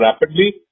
rapidly